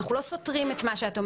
אנחנו לא סותרים את מה שאת אומרת.